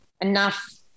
enough